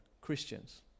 Christians